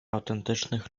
autentycznych